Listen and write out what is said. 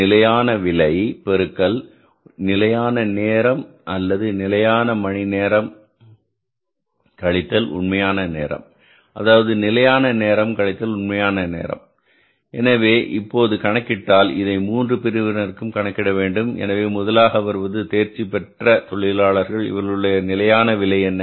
நிலையான விலை பெருக்கல் நிலையான நேரம் அல்லது நிலையான மணி நேரம் கழித்தல் உண்மையான நேரம் அதாவது நிலையான நேரம் கழித்தல் உண்மையான நேரம் எனவே இப்போது கணக்கிட்டால் இதை மூன்று பிரிவினருக்கும் கணக்கிட வேண்டும் எனவே முதலாக வருவது தேர்ச்சி பெற்ற தொழிலாளர்கள் இவர்களுடைய நிலையான விலை என்ன